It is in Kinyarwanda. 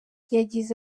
yagize